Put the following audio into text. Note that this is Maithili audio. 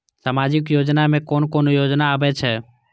सामाजिक योजना में कोन कोन योजना आबै छै?